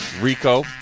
Rico